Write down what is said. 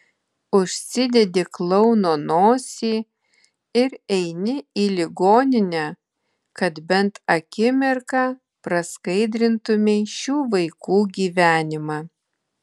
užsidedi klouno nosį ir eini į ligoninę kad bent akimirką praskaidrintumei šių vaikų gyvenimą